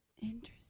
Interesting